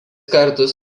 kartus